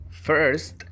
First